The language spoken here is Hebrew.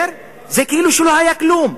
זה כאילו שלא היה כלום.